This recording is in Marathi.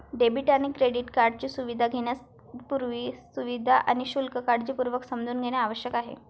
डेबिट आणि क्रेडिट कार्डची सुविधा घेण्यापूर्वी, सुविधा आणि शुल्क काळजीपूर्वक समजून घेणे आवश्यक आहे